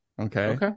Okay